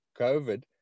COVID